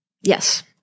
Yes